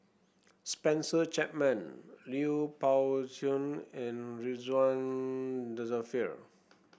Spencer Chapman Lui Pao Chuen and Ridzwan Dzafir